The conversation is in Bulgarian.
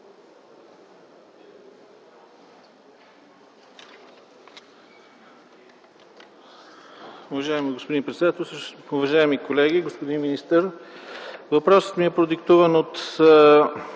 Въпросът ми е продиктуван от